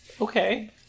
Okay